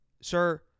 Sir